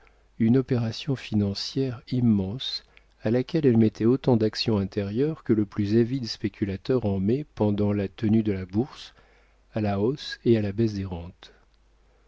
une opération financière immense à laquelle elle mettait autant d'action intérieure que le plus avide spéculateur en met pendant la tenue de la bourse à la hausse et à la baisse